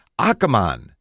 Akamon